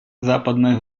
западной